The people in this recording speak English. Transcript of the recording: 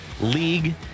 League